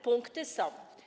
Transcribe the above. Punkty są.